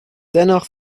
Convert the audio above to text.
dennoch